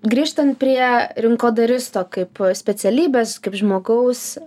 grįžtant prie rinkodaristo kaip specialybės kaip žmogaus